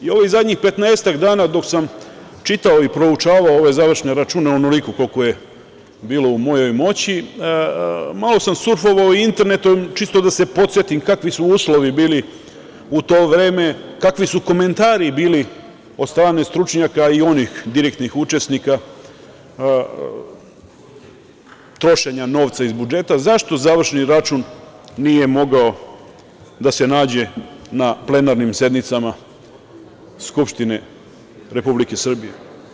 Ovih zadnjih petnaestak dana dok sam čitao i proučavao ove završne račune, onoliko, koliko je bilo u mojoj moći, malo sam surfovao internetom čisto da se podsetim kakvi su uslovi bili u to vreme, kakvi su komentari bili od strane stručnjaka i onih direktnih učesnika trošenja novca iz budžeta, zašto završi račun nije mogao da se nađe na plenarnim sednicama Skupštine Republike Srbije.